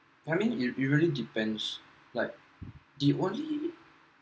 I mean it you really depend like do you want it